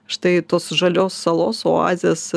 štai tos žalios salos oazės